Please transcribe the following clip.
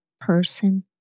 person